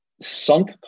sunk